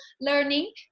learning